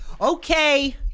Okay